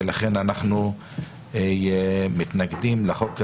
ולכן אנחנו מתנגדים לחוק הזה.